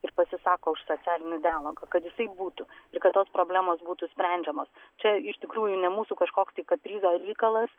ir pasisako už socialinį dialogą kad jisai būtų ir kad tos problemos būtų sprendžiamos čia iš tikrųjų ne mūsų kažkoks tai kaprizo reikalas